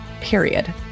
period